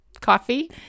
coffee